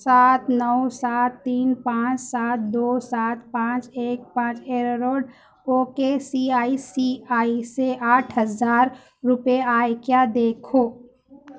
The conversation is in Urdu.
سات نو سات تین پانچ سات دو سات پانچ ایک پانچ ایرا روٹ okay C I C I سے آٹھ ہزار روپیے آئے کیا دیکھو